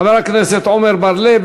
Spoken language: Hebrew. חבר הכנסת עמר בר-לב.